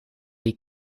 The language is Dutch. die